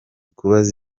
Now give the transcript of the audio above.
kubaza